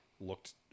looked